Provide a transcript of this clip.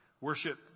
Worship